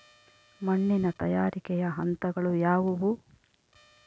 ಮಣ್ಣಿನ ತಯಾರಿಕೆಯ ಹಂತಗಳು ಯಾವುವು?